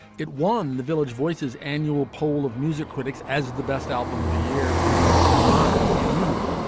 it won the village voice's annual poll of music critics as the best album of the year beating out nirvana's in utero.